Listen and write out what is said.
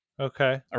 Okay